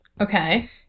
Okay